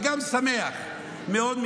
וגם שמח מאוד,